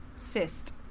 Cyst